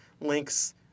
links